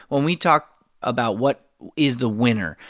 when we talk about what is the winner,